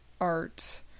art